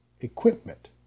equipment